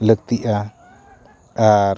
ᱞᱟᱹᱠᱛᱤᱜᱼᱟ ᱟᱨ